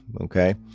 okay